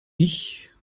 ich